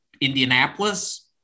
Indianapolis